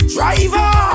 Driver